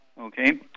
okay